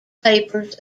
papers